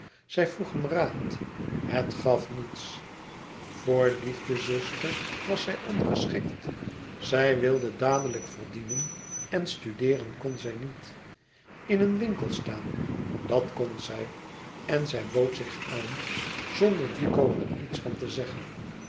zij vroeg hem raad het gaf niets voor liefdezuster was zij ongeschikt zij wilde dadelijk verdienen en studeeren kon zij niet in een winkel staan dat kon zij en zij bood zich aan zonder duco er iets van te zeggen